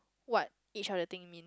what each other thing mean